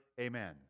Amen